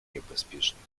niebezpiecznych